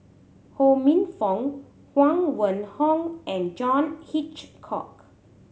Ho Minfong Huang Wenhong and John Hitchcock